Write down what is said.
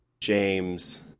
James